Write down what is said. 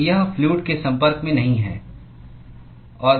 तो यह फ्लूअड के संपर्क में नहीं है